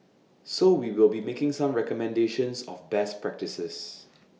so we will be making some recommendations of best practices